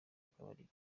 akabariro